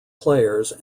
players